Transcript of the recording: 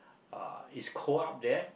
(uh)it's cold up there